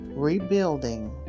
Rebuilding